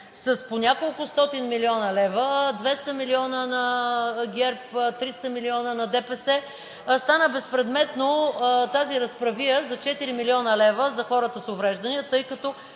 с по няколкостотин милиона лева: 200 милиона на ГЕРБ, 300 милиона на ДПС, стана безпредметно тази разправия за 4 млн. лв. за хората с увреждания, тъй като